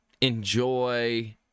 enjoy